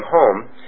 home